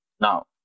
Now